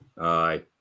Aye